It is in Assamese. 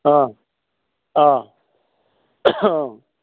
অঁ অঁ অঁ